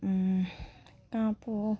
कहाँ पो हो